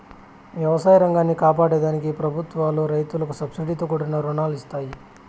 వ్యవసాయ రంగాన్ని కాపాడే దానికి ప్రభుత్వాలు రైతులకు సబ్సీడితో కూడిన రుణాలను ఇస్తాయి